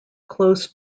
close